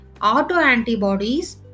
autoantibodies